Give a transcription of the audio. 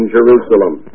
Jerusalem